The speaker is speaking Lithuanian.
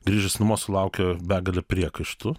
grįžęs namo sulaukia begalę priekaištų